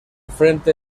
frente